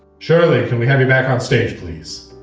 surely can we have you back on stage, please?